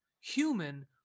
human